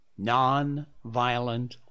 nonviolent